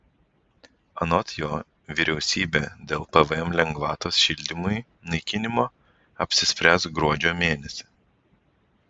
anot jo vyriausybė dėl pvm lengvatos šildymui naikinimo apsispręs gruodžio mėnesį